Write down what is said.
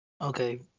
Okay